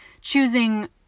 choosing